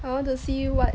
I want to see what